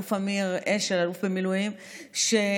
האלוף במילואים אמיר אשל,